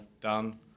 Done